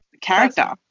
character